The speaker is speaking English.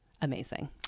amazing